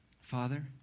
Father